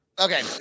Okay